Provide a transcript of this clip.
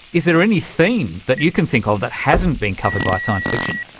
is there any theme that you can think of that hasn't been covered by science fiction?